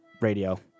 radio